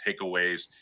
takeaways